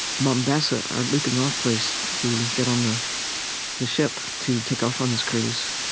mombasa, our leaping-off place to get on the the ship to take off on this cruise,